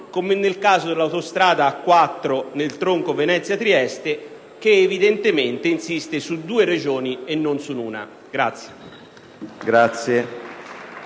come nel caso della autostrada A4, del tronco Venezia-Trieste, che evidentemente insiste su due Regioni e non su una.